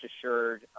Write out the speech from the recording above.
assured